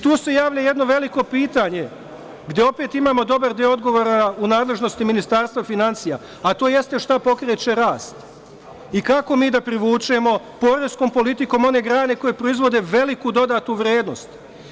Tu se javlja jedno veliko pitanje, gde opet imamo dobar deo odgovora u nadležnosti Ministarstva finansija, a to jeste šta pokreće rast i kako mi da privučemo poreskom politikom one grane koje proizvode veliku dodatu vrednost.